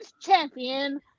champion